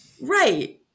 Right